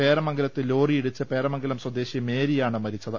പേരാമംഗലത്ത് ലോറിയിടിച്ച് പേരാമംഗലം സ്വദേശി മേരിയാണ് മരിച്ചത്